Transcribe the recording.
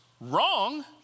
wrong